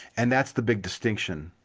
and that's the big distinction.